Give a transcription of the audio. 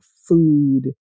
food